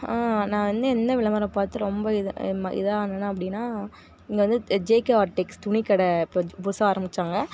நான் வந்து எந்த விளம்பரம் பார்த்து ரொம்ப இதானேனா அப்படினா இங்கே வந்து ஜேகேஆர் டெக்ஸ்ட் துணிக்கடை புதுசாக ஆரம்பித்தாங்க